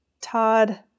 Todd